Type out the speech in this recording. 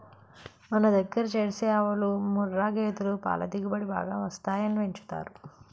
మనదగ్గర జెర్సీ ఆవులు, ముఱ్ఱా గేదులు పల దిగుబడి బాగా వస్తాయని పెంచుతారు